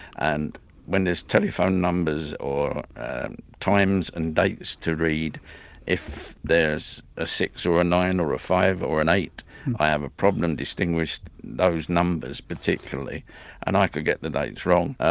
and when there's telephone numbers or times and dates to read if there's a six or a nine or a five or an eight i have a problem distinguishing those numbers particularly and i could get the dates wrong,